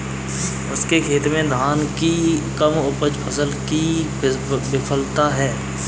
उसके खेत में धान की कम उपज फसल की विफलता है